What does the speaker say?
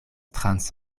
trans